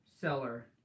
seller